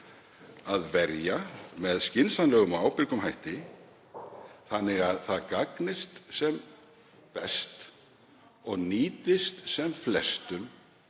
að verja með skynsamlegum og ábyrgum hætti þannig að það gagnist sem best og nýtist sem flestum